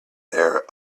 their